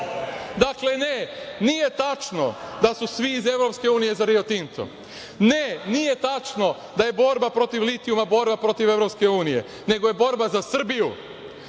lažnu. Dakle, ne, nije tačno da su svi iz EU za Rio Tinto. Ne, nije tačno da je borba protiv litijuma borba protiv EU, nego je borba za Srbiju,